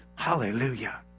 hallelujah